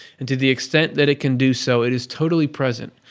and to the extent that it can do so, it is totally present,